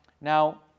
now